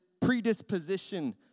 predisposition